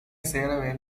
சேர